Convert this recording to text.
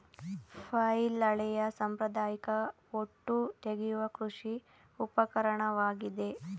flail ಹಳೆಯ ಸಾಂಪ್ರದಾಯಿಕ ಹೊಟ್ಟು ತೆಗೆಯುವ ಕೃಷಿ ಉಪಕರಣವಾಗಿದೆ